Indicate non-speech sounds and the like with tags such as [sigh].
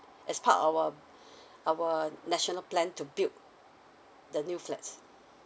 as part our [breath] our national plan to build the new flats